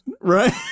Right